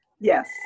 Yes